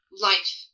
life